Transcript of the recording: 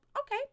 okay